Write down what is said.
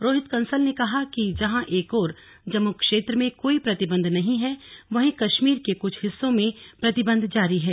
रोहित कंसल ने कहा कि जहां एक ओर जम्मू क्षेत्र में कोई प्रतिबंध नहीं है वहीं कश्मीर के कुछ हिस्सों में प्रतिबंध जारी है